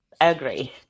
Agree